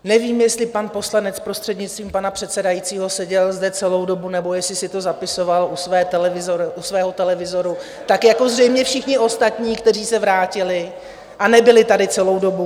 Nevím, jestli pan poslanec, prostřednictvím pana předsedajícího, seděl zde celou dobu, nebo jestli si to zapisoval u svého televizoru, tak jako zřejmě všichni ostatní, kteří se vrátili a nebyli tady celou dobu.